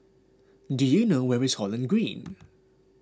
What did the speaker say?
do you know where is Holland Green